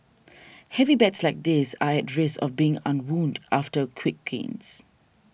heavy bets like this are at risk of being unwound after quick gains